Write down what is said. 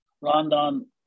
Rondon